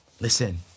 listen